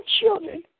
children